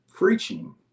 Preaching